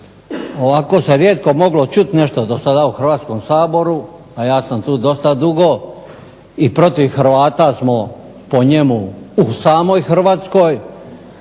ovako se rijetko moglo čuti nešto dosada u Hrvatskom saboru, a ja sam tu dosta dugo i protiv Hrvata smo, po njemu, u samoj Hrvatskoj.